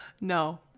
No